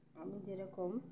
আমি যেরকম